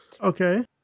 Okay